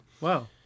Wow